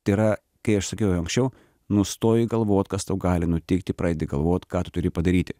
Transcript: tai yra kai aš sakiau jau anksčiau nustoji galvot kas tau gali nutikti pradedi galvot ką turi padaryti